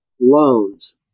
Loans